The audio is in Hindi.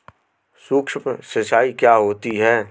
सुक्ष्म सिंचाई क्या होती है?